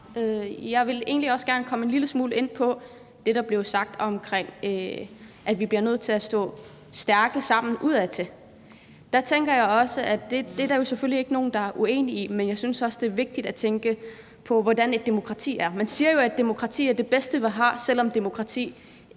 også gerne komme en smule ind på det, der blev sagt om, at vi bliver nødt til at stå stærke sammen udadtil. Der tænker jeg jo selvfølgelig også, at det er der ikke nogen der er uenige i. Men jeg synes også, det er vigtigt at tænke på, hvordan et demokrati er. Man siger jo, at et demokrati er det bedste, vi har, selv om demokratiet